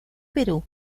perú